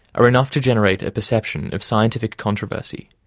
are enough to generate a perception of scientific controversy.